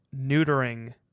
neutering